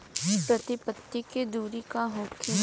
प्रति पंक्ति के दूरी का होखे?